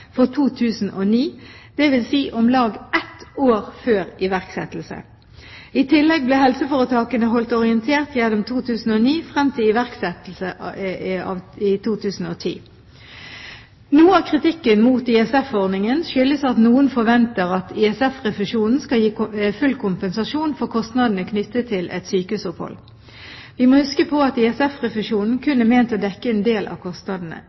for 2009, dvs. om lag ett år før iverksettelse. I tillegg ble helseforetakene holdt orientert gjennom 2009, frem til iverksettelse i 2010. Noe av kritikken mot ISF-ordningen skyldes at noen forventer at ISF-refusjonen skal gi full kompensasjon for kostnadene knyttet til et sykehusopphold. Vi må huske på at ISF-refusjonen kun er ment å dekke en del av kostnadene.